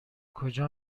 کجا